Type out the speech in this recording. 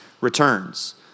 returns